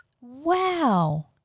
Wow